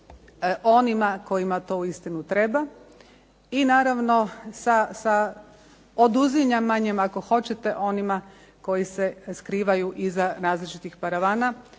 onima kojima to uistinu treba i naravno sa oduzimanjem ako hoćete onima koji se skrivaju iza različitih paravana